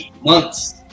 months